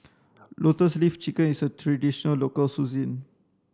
lotus leaf chicken is a traditional local